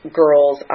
girls